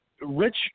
Rich